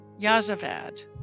Yazavad